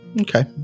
Okay